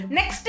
next